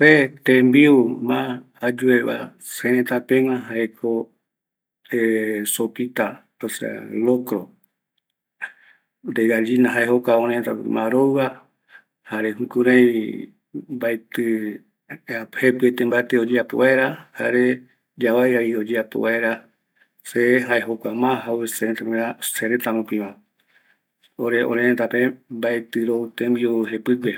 Se tembiu mas ayueva, sereta pegua jaeko, sopita, sopa de locro, jae jokua mas rouva, jare kurai mbaetɨ jepiete mbate oyeapo vaera, jare yavaiavi oyeapo vaera, jae jokua mas oyeapo örërëtä rupiva, mbatɨ rou tembiu jepɨgue